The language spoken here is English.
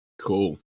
cool